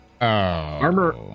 Armor